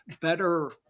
better